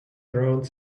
around